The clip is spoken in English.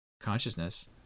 consciousness